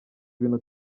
bintu